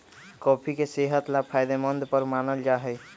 coffee के सेहत ला फायदेमंद पर मानल जाहई